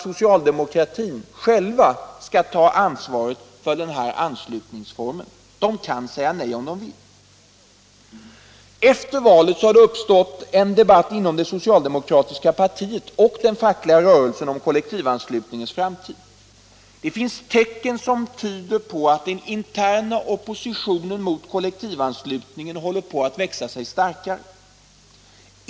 Socialdemokraterna bör själva ta ansvaret för den här 85 anslutningsformen. De kan säga nej om de vill. Efter valet har det uppstått en debatt inom det socialdemokratiska partiet och den fackliga rörelsen om kollektivanslutningens framtid. Det finns tecken som tyder på att den interna oppositionen mot kollektivanslutningen håller på att växa sig starkare.